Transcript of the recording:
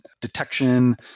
detection